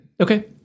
Okay